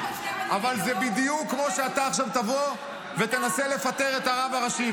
אבל זה בדיוק כמו שאתה עכשיו תבוא ותנסה לפטר את הרב הראשי.